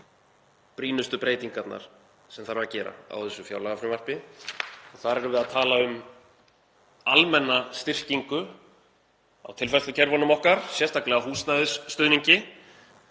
brýnustu breytingarnar sem þarf að gera á þessu fjárlagafrumvarpi og þar erum við að tala um almenna styrkingu á tilfærslukerfunum okkar, sérstaklega húsnæðisstuðningi.